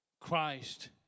Christ